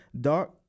dark